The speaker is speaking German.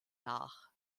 nach